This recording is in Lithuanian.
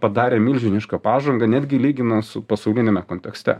padarė milžinišką pažangą netgi lyginant su pasauliniame kontekste